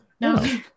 no